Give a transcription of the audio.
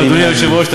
אדוני היושב-ראש,